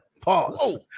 Pause